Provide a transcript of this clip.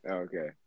Okay